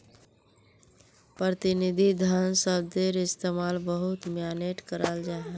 प्रतिनिधि धन शब्दर इस्तेमाल बहुत माय्नेट कराल जाहा